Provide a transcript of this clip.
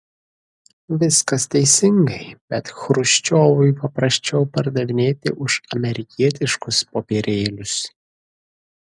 viskas teisingai bet chruščiovui paprasčiau pardavinėti už amerikietiškus popierėlius